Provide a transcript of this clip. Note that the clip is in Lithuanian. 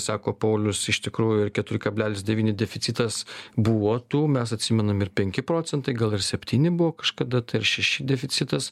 sako polius iš tikrųjų ir keturi kablelis devyni deficitas buvo tų mes atsimenam ir penki procentai gal ir septyni buvo kažkada tai ar šeši deficitas